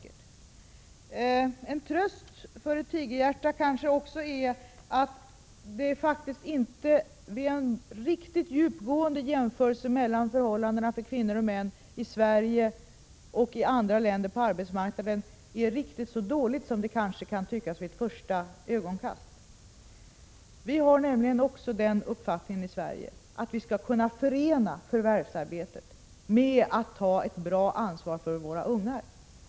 En tröst för ett tigerhjärta kanske är att det vid en riktigt djupgående jämförelse mellan förhållandena för kvinnor och män på arbetsmarknaden i Sverige och i andra länder faktiskt inte är riktigt så illa som det kan tyckas vid ett första ögonkast. I Sverige har vi nämligen också den uppfattningen att vi skall kunna förena förvärvsarbete med att ta ett bra ansvar för våra ungar.